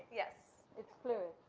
yes, it's fluent?